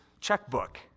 checkbook